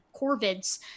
corvids